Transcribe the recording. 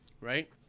right